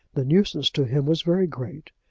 the nuisance to him was very great,